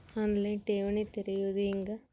On line ಠೇವಣಿ ತೆರೆಯೋದು ಹೆಂಗ?